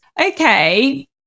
Okay